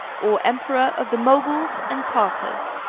or emperor of the moguls and tartars.